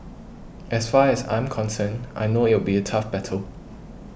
as far as I'm concerned I know it will be a tough battle